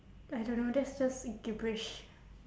I don't know that's just gibberish